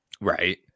Right